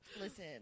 Listen